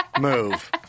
move